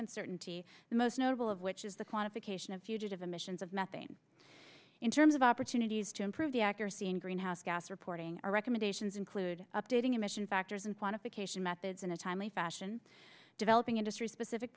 uncertainty the most notable of which is the quantification of fugitive emissions of methane in terms of opportunities to improve the accuracy in greenhouse gas reporting our recommendations include updating emission factors and quantification methods in a timely fashion developing industry specific